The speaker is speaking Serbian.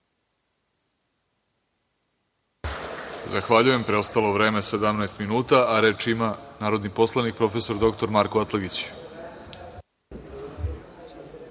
Zahvaljujem. Preostalo vreme 17 minuta. Reč ima narodni poslanik prof. dr Marko Atlagić.